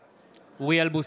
בעד אוריאל בוסו,